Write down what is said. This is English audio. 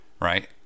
right